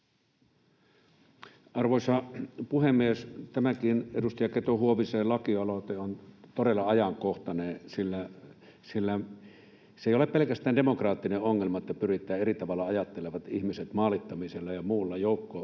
Arvoisa puhemies! Tämäkin edustaja Keto-Huovisen laki-aloite on todella ajankohtainen, sillä se ei ole pelkästään demokraattinen ongelma, että pyritään eri tavalla ajattelevat ihmiset maalittamisella ja muulla tavalla